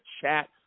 chat